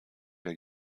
der